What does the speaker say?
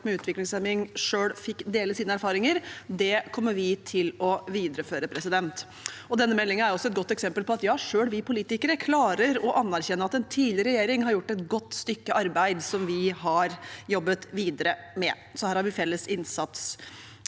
med utviklingshemming selv fikk dele sine erfaringer, kommer vi til å videreføre. Denne meldingen er også et godt eksempel på at selv vi politikere klarer å anerkjenne at en tidligere regjering har gjort et godt stykke arbeid, som vi har jobbet videre med. Her er det felles innsats.